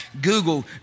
Google